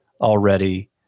already